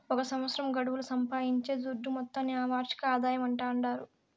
ఒక సంవత్సరం గడువుల సంపాయించే దుడ్డు మొత్తాన్ని ఆ వార్షిక ఆదాయమంటాండారు